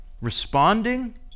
responding